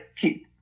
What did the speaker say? keep